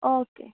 okay